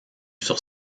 sur